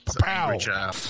Pow